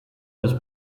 des